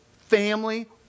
family